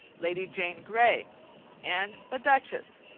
lady jane grey and the duchess.